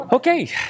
Okay